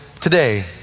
today